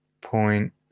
point